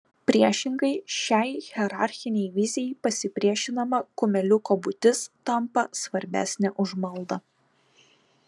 priešingai šiai hierarchinei vizijai pasipriešinama kumeliuko būtis tampa svarbesnė už maldą